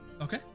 Okay